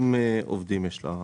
40 עובדים יש לחברה.